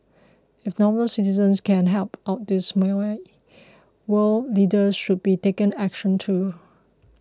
if normal citizens can help out this way world leaders should be taking action too